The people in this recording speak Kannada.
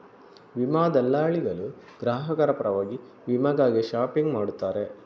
ವಿಮಾ ದಲ್ಲಾಳಿಗಳು ಗ್ರಾಹಕರ ಪರವಾಗಿ ವಿಮೆಗಾಗಿ ಶಾಪಿಂಗ್ ಮಾಡುತ್ತಾರೆ